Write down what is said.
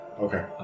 Okay